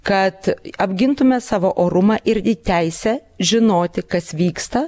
kad apgintume savo orumą ir į teisę žinoti kas vyksta